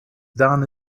done